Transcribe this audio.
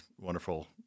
wonderful